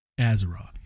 Azeroth